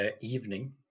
evening